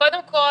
קודם כל